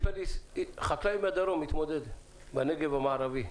סיפר לי חקלאי מהדרום בנגב המערבי,